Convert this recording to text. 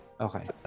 Okay